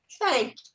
Thank